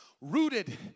rooted